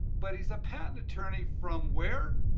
but he's a patent attorney from where?